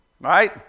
right